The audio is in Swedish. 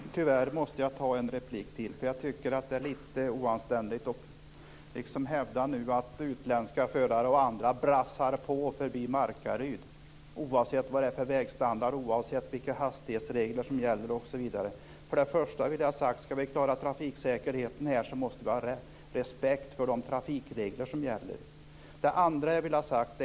Fru talman! Tyvärr måste jag ta en replik till. Jag tycker att det är lite oanständigt att nu hävda att utländska förare och andra brassar på förbi Markaryd, oavsett vad det är för vägstandard, oavsett vilka hastighetsregler som gäller osv. För det första vill jag ha sagt att vi måste ha respekt för de trafikregler som gäller om vi skall klara trafiksäkerheten.